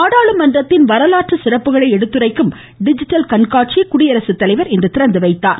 நாடாளுமன்றத்தின் வரலாற்று சிறப்புகளை எடுத்துரைக்கும் டிஜிட்டல் கண்காட்சியை குடியரசு தலைவர் திறந்து வைத்தார்